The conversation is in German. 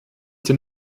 den